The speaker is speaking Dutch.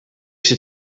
zit